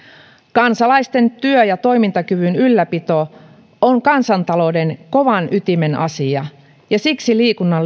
kansalaisten työ ja toimintakyvyn ylläpito on kansantalouden kovan ytimen asia ja siksi liikunnan